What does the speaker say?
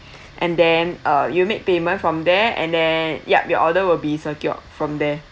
and then uh you make payment from there and then yup your order will be secure from there